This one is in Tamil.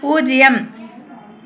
பூஜ்ஜியம்